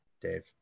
Dave